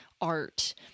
art